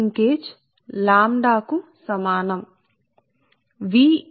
ఆ సమయం పరస్పర ప్రేరణను కూడా చూద్దాం కాబట్టి ఆ సందర్భంలో మనం వ్రాయగలముసరే